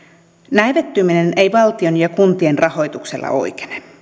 näivettyminen ei valtion ja kuntien rahoituksella oikene